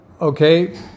Okay